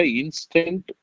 instant